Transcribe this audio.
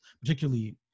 particularly